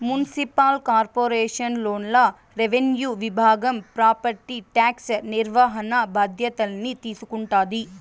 municipal corporation లోన రెవెన్యూ విభాగం ప్రాపర్టీ టాక్స్ నిర్వహణ బాధ్యతల్ని తీసుకుంటాది